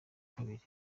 kabiri